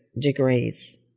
degrees